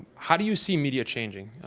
how do you see media changing?